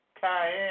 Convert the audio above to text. cayenne